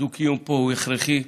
הדו-קיום פה הוא הכרחי,